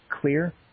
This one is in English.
clear